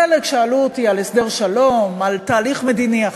חלק שאלו אותי על הסדר שלום, על תהליך מדיני אחר,